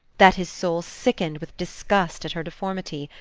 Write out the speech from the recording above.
that his soul sickened with disgust at her deformity,